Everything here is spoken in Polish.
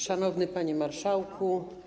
Szanowny Panie Marszałku!